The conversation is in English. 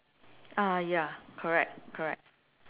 ah ya correct correct